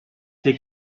they